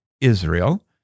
Israel